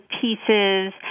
pieces